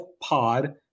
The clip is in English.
Pod